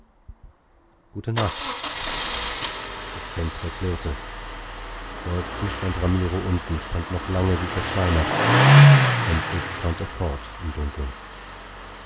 gute nacht das fenster klirrte seufzend stand ramiro unten stand noch lange wie versteinert endlich schwand er fort im dunkeln